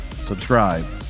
subscribe